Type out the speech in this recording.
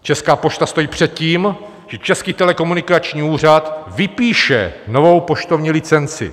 Česká pošta stojí před tím, že Český telekomunikační úřad vypíše novou poštovní licenci.